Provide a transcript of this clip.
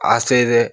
ಆಸೆ ಇದೆ